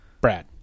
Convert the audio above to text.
Brad